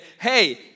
hey